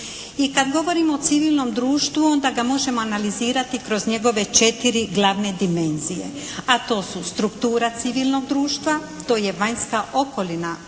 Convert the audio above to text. I kad govorimo o civilnom društvu onda ga možemo analizirati kroz njegove četiri dimenzije. A to su struktura civilnog društva, to je vanjska okolina